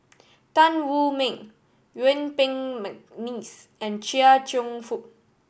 Tan Wu Meng Yuen Peng McNeice and Chia Cheong Fook